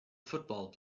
football